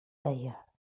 layer